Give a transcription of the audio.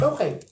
Okay